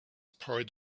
part